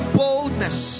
boldness